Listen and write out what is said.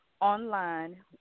online